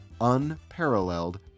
unparalleled